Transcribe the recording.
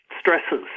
stresses